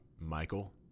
Michael